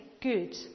good